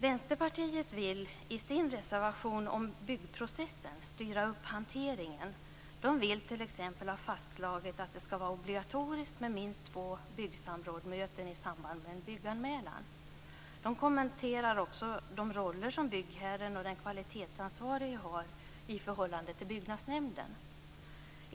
Vänsterpartiet vill i sin reservation om byggprocessen styra upp hanteringen. De vill t.ex. ha fastslaget att det ska vara obligatoriskt med minst två byggsamrådsmöten i samband med en bygganmälan. De kommenterar också de roller som byggherren och den kvalitetsansvarige har i förhållande till byggnadsnämnden.